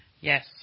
Yes